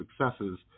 successes